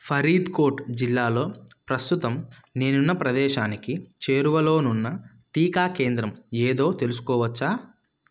ఫరీద్కోట్ జిల్లాలో ప్రస్తుతం నేనున్న ప్రదేశానికి చేరువలోనున్న టీకా కేంద్రం ఏదో తెలుసుకోవచ్చా